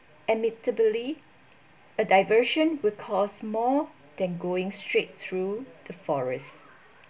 admittedly a diversion will cost more than going straight through the forest